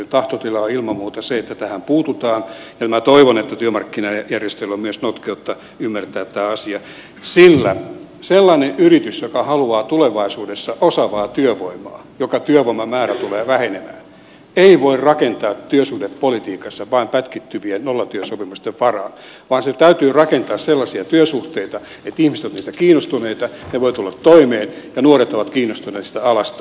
tahtotila on ilman muuta se että tähän puututaan ja minä toivon että työmarkkinajärjestöillä on myös notkeutta ymmärtää tämä asia sillä sellainen yritys joka haluaa tulevaisuudessa osaavaa työvoimaa joka työvoiman määrä tulee vähenemään ei voi rakentaa työsuhdepolitiikassa vain pätkittyvien nollatyösopimusten varaan vaan sen täytyy rakentaa sellaisia työsuhteita että ihmiset ovat niistä kiinnostuneita he voivat tulla toimeen ja nuoret ovat kiinnostuneita alasta